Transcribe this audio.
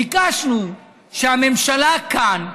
ביקשנו שהממשלה כאן,